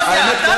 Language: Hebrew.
האמת כואבת, קיש?